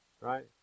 right